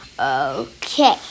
Okay